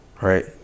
right